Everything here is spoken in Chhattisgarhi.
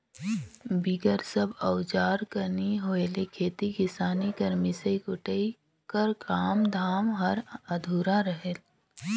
बिगर सब अउजार कर नी होए ले खेती किसानी कर मिसई कुटई कर काम धाम हर अधुरा रहें